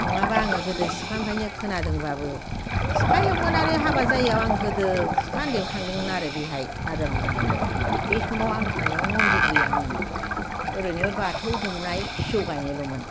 नङाबा आङो गोदो सिख्लानिफ्रायनो खोनादोंबाबो सिख्लायावमोन आं हाबा जायैयाव आं गोदो सिख्ला उन्दैआव थांदोंमोन आरो बेहाय नारजां बुरि नारजां बोराइ बे समाव आं थांनायाव मन्दिर गैयामोन ओरैनो बाथौ दुमनाय सिजौ गायनायलमोन